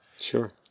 Sure